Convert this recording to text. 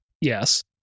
Yes